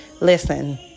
Listen